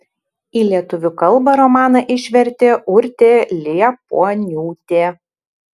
į lietuvių kalbą romaną išvertė urtė liepuoniūtė